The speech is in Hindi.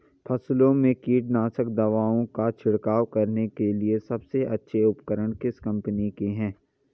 फसलों में कीटनाशक दवाओं का छिड़काव करने के लिए सबसे अच्छे उपकरण किस कंपनी के हैं?